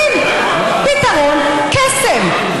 פתרון קסם.